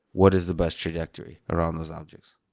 what is the best trajectory around those objects?